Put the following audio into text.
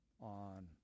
on